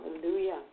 Hallelujah